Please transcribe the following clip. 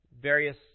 Various